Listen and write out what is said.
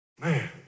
man